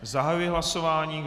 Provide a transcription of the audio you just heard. Zahajuji hlasování.